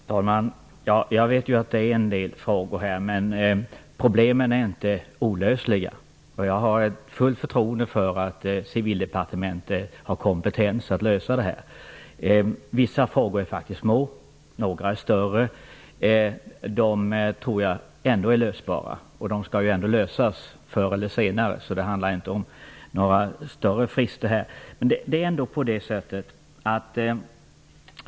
Fru talman! Jag vet att det kvarstår en del frågor här, men problemen är inte olösliga, och jag har fullt förtroende för att Civildepartementet har kompetens för att lösa det här. Vissa frågor är faktiskt små. Några är större, men jag tror att de ändå är lösbara. De skall ändå lösas förr eller senare, och det handlar inte om några längre frister.